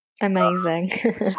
Amazing